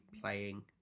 playing